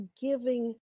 giving